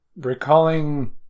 recalling